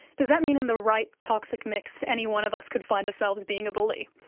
does that mean in the right toxic mix anyone of us could find ourselves being a bully?